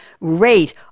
rate